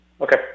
Okay